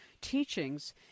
teachings